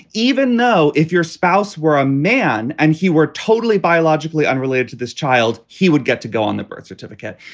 even know if your spouse were a man and he were totally biologically unrelated to this child. he would get to go on the birth certificate.